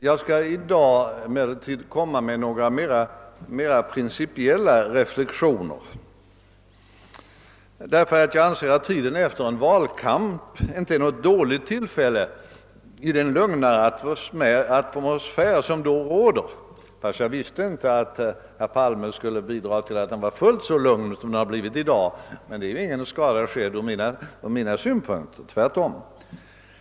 Jag skall emellertid i dag göra några mera principiella reflexioner, eftersom jag anser att tiden efter en valkamp inte är något dåligt tillfälle i den lugnare atmosfär som då råder — jag visste dock inte att herr Palme skulle bidra till att den blev fullt så lugn som den har blivit i dag, men det är ingen skada skedd från min synpunkt, snarare tvärtom.